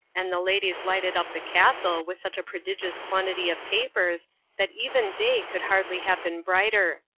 and the ladies lighted up the castle with such a prodigious quantity of tapers that even day could hardly have been brighter.